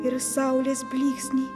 ir saulės blyksniai